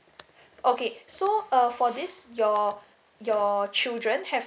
okay so uh for this your your children have